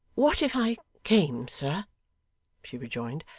what if i came, sir she rejoined,